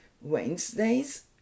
Wednesdays